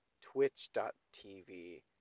Twitch.tv